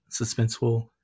suspenseful